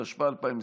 התשפ"א 2021,